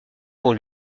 pour